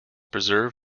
preserve